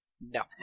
No